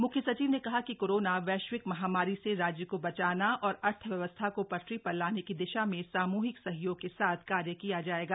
म्ख्य सचिव ने कहा कि कोरोना वैश्विक महामारी से राज्य को बचाना और अर्थव्यवस्था को ेटरी ेर लाने की दिशा में सामूहिक सहयोग के साथ कार्य किया जायेगा